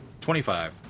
Twenty-five